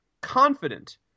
confident